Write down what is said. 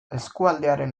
eskualdearen